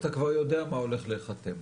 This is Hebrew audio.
אתה כבר יודע מה הולך להיחתם.